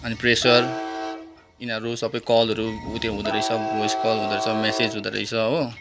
अनि प्रेसर यिनीहरू सबै कलहरू उत्यो हुँदोरहेछ भोइस कल हुँदोरहेछ म्यासेज हुँदोरहेछ हो